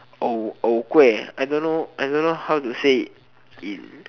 orh orh kueh I don't know I don't know how to say it in